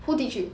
who teach you